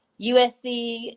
USC